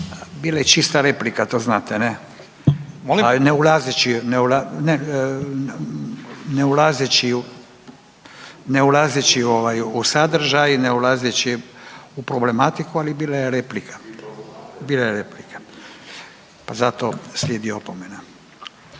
Bila je čista replika, to znate, ne? Ne ulazeći u sadržaj, ne ulazeći u problematiku, ali bila je replika. Bila je replika, zato slijedi opomena.